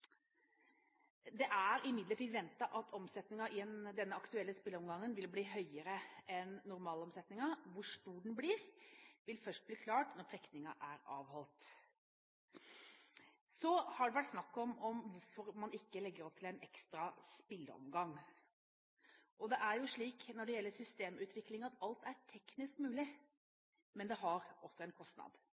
Det er imidlertid ventet at omsetningen i den aktuelle spilleomgangen vil bli høyere enn normalomsetningen. Hvor stor den blir, vil først bli klart når trekningen er avholdt. Så har det vært snakk om hvorfor man ikke legger opp til en ekstra spilleomgang. Det er jo slik når det gjelder systemutvikling, at alt er teknisk mulig, men det har også en kostnad.